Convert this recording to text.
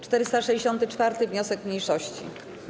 464. wniosek mniejszości.